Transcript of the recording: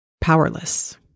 powerless